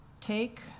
Take